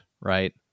right